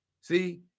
see